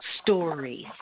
stories